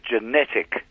genetic